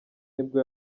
nibwo